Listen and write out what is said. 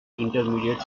intermediate